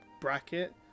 bracket